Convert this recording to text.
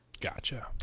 Gotcha